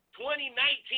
2019